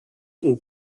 und